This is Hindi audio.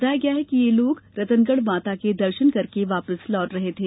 बताया गया है कि ये लोग रतनगढ माता के दर्शन करके लौट रहे थे